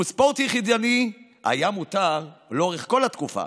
וספורט יחידני היה מותר לאורך כל התקופה.